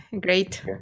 Great